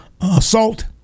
assault